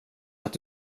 att